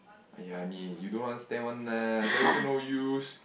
!aiya! 你 you don't understand one lah tell you also no use